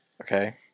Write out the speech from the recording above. Okay